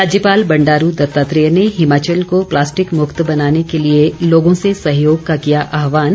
राज्यपाल बंडारू दत्तात्रेय ने हिमाचल को प्लास्टिक मुक्त बनाने के लिए लोगों से सहयोग का किया आहवान